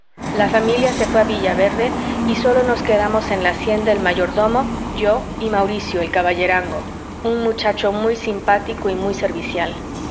la familia se fué a villaverde y sólo nos quedamos en la hacienda el mayordomo yo y mauricio el caballerango un muchacho muy simpático y muy servicial